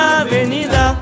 avenida